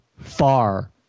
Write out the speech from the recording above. far